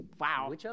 Wow